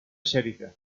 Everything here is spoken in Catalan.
xèrica